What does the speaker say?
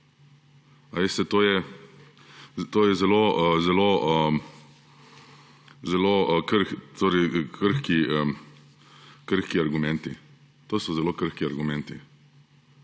to so zelo krhki argumenti. To so zelo krhki argumenti,